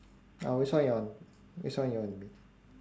uh which one you want which one you want to be